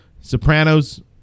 Sopranos